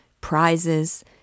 prizes—